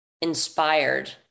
inspired